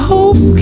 Hope